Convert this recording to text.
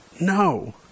No